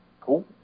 Cool